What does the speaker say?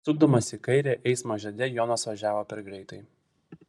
sukdamas į kairę eismo žiede jonas važiavo per greitai